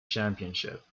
championship